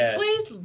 please